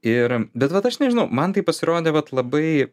ir bet vat aš nežinau man tai pasirodė vat labai